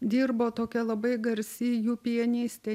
dirbo tokia labai garsi jų pianistė